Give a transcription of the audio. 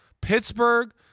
Pittsburgh